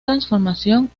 transformación